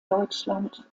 deutschland